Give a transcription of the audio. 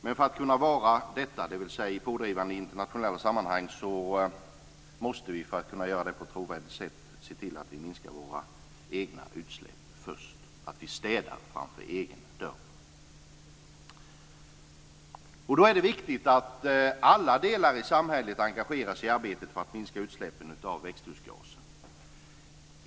Men för att på ett trovärdigt sätt kunna vara pådrivande i internationella sammanhang måste vi se till att minska våra egna utsläpp först, dvs. städa framför egen dörr. Då är det viktigt att alla delar i samhället engageras i arbetet för att minska utsläppen av växthusgaser.